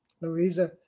Louisa